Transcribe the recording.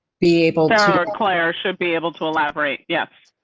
be able to um require should be able to elaborate. yes.